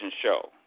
Show